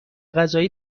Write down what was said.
غذایی